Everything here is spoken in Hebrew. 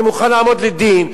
אני מוכן לעמוד לדין,